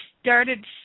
started